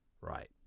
right